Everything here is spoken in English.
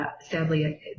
sadly